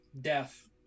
death